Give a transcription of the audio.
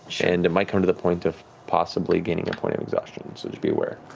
and it might come to the point of possibly gaining a point of exhaustion, so just be aware.